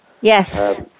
Yes